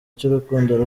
cy’urukundo